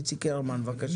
איציק קרמן בבקשה.